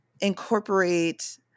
incorporate